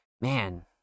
man